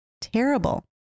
terrible